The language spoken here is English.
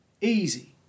Easy